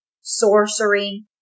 sorcery